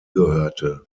gehörte